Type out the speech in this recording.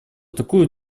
такую